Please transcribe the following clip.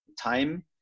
time